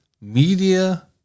media